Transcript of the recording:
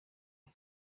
nka